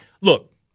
Look